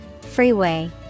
Freeway